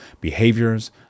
behaviors